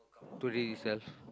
today itself